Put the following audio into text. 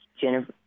Jennifer